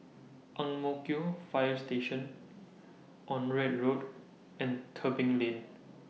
Ang Mo Kio Fire Station Onraet Road and Tebing Lane